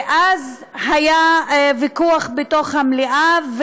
ואז היה ויכוח בתוך המליאה,